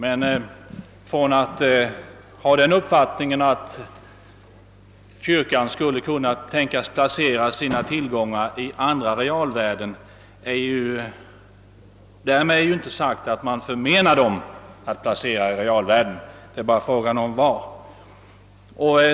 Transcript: Har man den uppfattningen, att kyrkan skulle kunna tänkas placera sina tillgångar i andra realvärden, är emellertid därmed inte sagt att man förmenar den att placera i realvärden; det är bara fråga om i vilka.